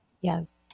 Yes